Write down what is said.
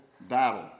battle